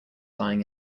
lying